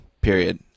period